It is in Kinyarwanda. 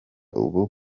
ubu